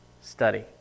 study